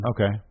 Okay